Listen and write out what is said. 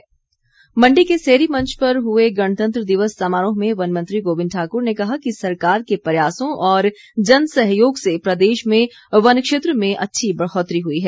मण्डी समारोह मण्डी के सेरी मंच पर हुए गणतंत्र दिवस समारोह में वन मंत्री गोविंद ठाकुर ने कहा कि सरकार के प्रयासों और जन सहयोग से प्रदेश में वन क्षेत्र में अच्छी बढ़ोतरी हुई है